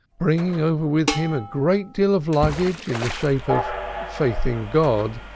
bringing over with him a great deal of luggage in the shape of faith in god,